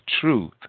truth